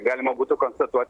galima būtų konstatuot